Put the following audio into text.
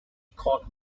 court